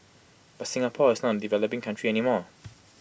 but Singapore is not A developing country any more